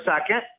second